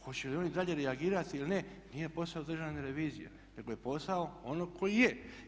Hoće li oni dalje reagirati ili ne nije posao Državne revizije nego je posao onog koji je.